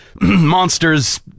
monsters